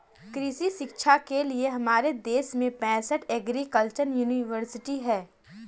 कृषि शिक्षा के लिए हमारे देश में पैसठ एग्रीकल्चर यूनिवर्सिटी हैं